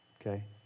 Okay